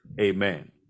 Amen